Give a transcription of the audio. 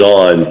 on